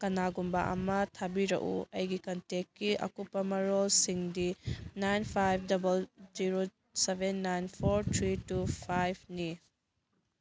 ꯀꯅꯥꯒꯨꯝꯕ ꯑꯃ ꯊꯥꯕꯤꯔꯛꯎ ꯑꯩꯒꯤ ꯀꯟꯇꯦꯛꯀꯤ ꯑꯀꯨꯞꯄ ꯃꯔꯣꯜꯁꯤꯡꯗꯤ nine five double zero seven nine four three two ꯐꯥꯏꯚꯅꯤ